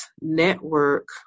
network